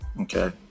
okay